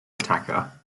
attacker